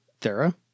Thera